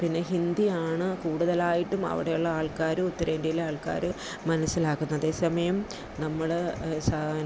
പിന്നെ ഹിന്ദിയാണ് കൂടുതലായിട്ടും അവിടെയുള്ള ആൾക്കാർ ഉത്തരേന്ത്യേലെ ആൾക്കാർ മനസ്സിലാക്കുന്നത് സമയം നമ്മൾ സാ പിന്നെ